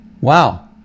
Wow